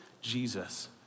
Jesus